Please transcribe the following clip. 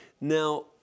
Now